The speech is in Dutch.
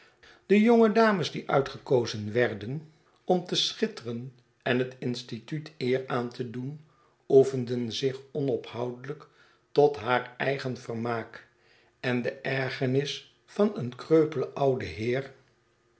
de jonge dames die uitgekozen werden om te schitteren en het instituut eer aan te doen oefenden zich onophoudelijk tot haar eigen vermaak en de ergernis van een kreupelen ouden heer